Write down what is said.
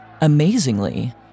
Amazingly